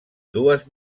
dues